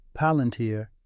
Palantir